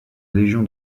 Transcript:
légion